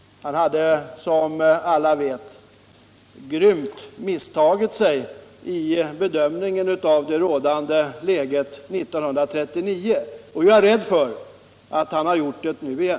Han hade, som alla vet, grymt misstagit sig i bedömningen av det rådande läget 1939, och jag är rädd för att han har gjort det nu igen.